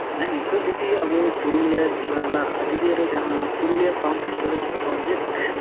ᱦᱮᱸ ᱱᱤᱛᱚᱜ ᱡᱩᱫᱤ ᱟᱵᱚ ᱯᱩᱨᱩᱞᱤᱭᱟᱹ ᱡᱮᱞᱟ ᱨᱮᱱᱟᱜ ᱟᱡᱳᱫᱤᱭᱟᱹᱨᱮ ᱡᱟᱦᱟᱸ ᱯᱩᱨᱩᱞᱤᱭᱟᱹ ᱯᱟᱢᱯ ᱮᱥᱴᱳᱨᱮᱡᱽ ᱯᱨᱚᱡᱮᱠᱴ